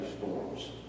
storms